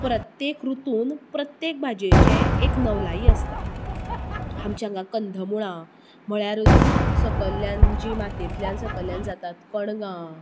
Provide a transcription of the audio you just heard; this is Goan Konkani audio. प्रत्येक रुतूंत प्रत्येक भाजयेचे एक नवलायी आसता आमचे हांगा कंदमुळां म्हळ्यारूच सकयल्यान जी मातयेंतल्यान सकयल्यान जातात ती कणगां